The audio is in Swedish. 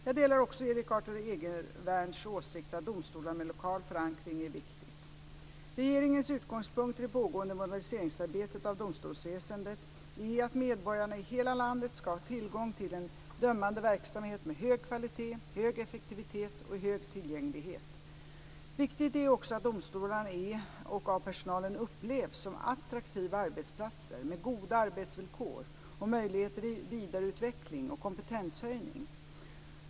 Jag delar också Erik Arthur Egervärns åsikt att domstolar med lokal förankring är viktigt. Regeringens utgångspunkter i det pågående arbetet med modernisering av domstolsväsendet är att medborgarna i hela landet ska ha tillgång till en dömande verksamhet med hög kvalitet, hög effektivitet och hög tillgänglighet. Viktigt är också att domstolarna är och av personalen upplevs som attraktiva arbetsplatser med goda arbetsvillkor och möjlighet till vidareutveckling och kompetenshöjning.